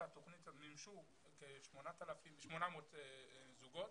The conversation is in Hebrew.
מימשו כ-800 זוגות.